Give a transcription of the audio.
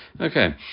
Okay